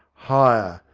higher,